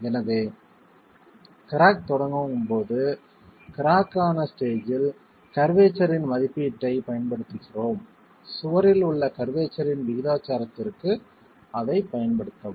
எனவே கிராக் தொடங்கும் போது கிராக் ஆன ஸ்டேஜ்ஜில் கர்வேச்சர்ரின் மதிப்பீட்டைப் பயன்படுத்துகிறோம் சுவரில் உள்ள கர்வேச்சர்ரின் விகிதாச்சாரத்திற்கு அதைப் பயன்படுத்தவும்